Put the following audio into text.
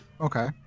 Okay